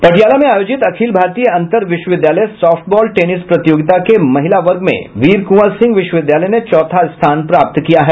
पाटियाला में आयोजित अखिल भारतीय अंतर विश्वविद्यालय साफ्ट बॉल टेनिस प्रतियोगिता के महिला वर्ग में वीर कुंवर सिंह विश्वविद्यालय ने चौथा स्थान प्राप्त किया है